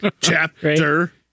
chapter